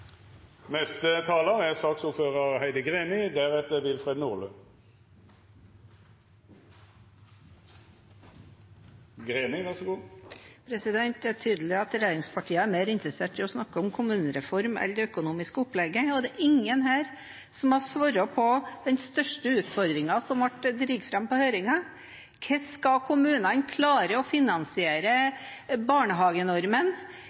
Det er tydelig at regjeringspartiene er mer interessert i å snakke om kommunereformen enn om det økonomiske opplegget. Det er ingen her som har svart på den største utfordringen som ble dratt fram under høringen: Hvordan skal kommunene klare å